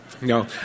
No